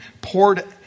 poured